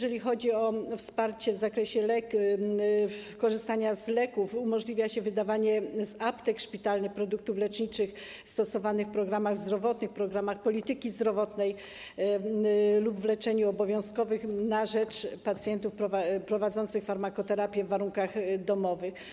Jeżeli chodzi o wsparcie w zakresie korzystania z leków, umożliwia się również wydawanie z aptek szpitalnych produktów leczniczych stosowanych w programach zdrowotnych, programach polityki zdrowotnej lub w leczeniu obowiązkowym na rzecz pacjentów prowadzących farmakoterapię w warunkach domowych.